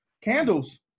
Candles